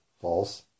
false